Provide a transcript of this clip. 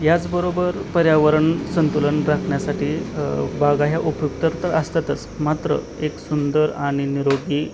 याचबरोबर पर्यावरण संतुलन राखण्यासाठी बागा ह्या उपयुक्त तर असतातच मात्र एक सुंदर आणि निरोगी